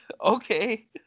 Okay